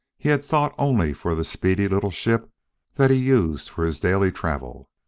he had thought only for the speedy little ship that he used for his daily travel.